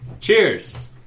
cheers